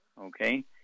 Okay